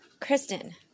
Kristen